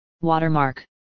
Watermark